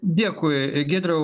dėkui giedriau